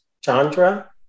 Chandra